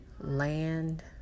land